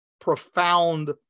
profound